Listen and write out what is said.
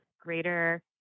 greater